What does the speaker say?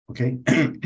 okay